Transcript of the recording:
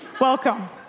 Welcome